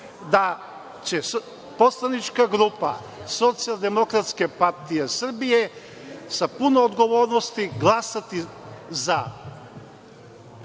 da će poslanička grupa Socijaldemokratske partije Srbije sa puno odgovornosti glasati da